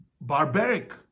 barbaric